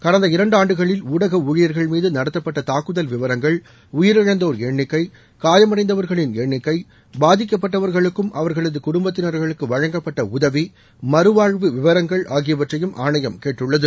கடந்த இரண்டு ஆண்டுகளில் ஊடக ஊழியர்கள் மீது நடத்தப்பட்ட தாக்குதல் விவரங்கள் உயிரிழந்தோர் எண்ணிக்கை காயமடைந்தவர்களின் எண்ணிக்கை பாதிக்கப்பட்டவர்களுக்கும் அவர்களது குடும்பத்தினர்களுக்கு வழங்கப்பட்ட உதவி மறுவாழ்வு விவரங்கள் கேட்டுள்ளது